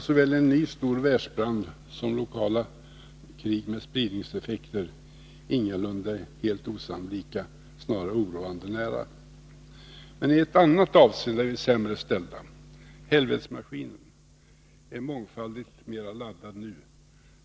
Såväl en ny stor världsbrand som lokala krig med spridningseffekter är ingalunda helt osannolika, snarare oroande nära. Men i ett annat avseende är vi sämre ställda. Helvetesmaskinen är mångfaldigt mera laddad nu.